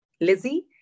Lizzie